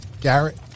Garrett